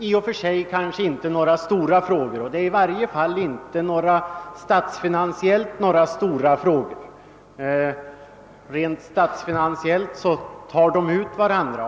I varje fall statsfinansiellt är detta dock inte några stora frågor — de tar i det hänseendet ut varandra.